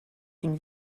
une